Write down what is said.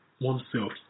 oneself